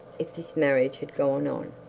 if this marriage had gone on.